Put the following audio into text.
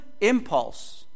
impulse